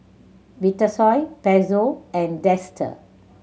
Vitasoy Pezzo and Dester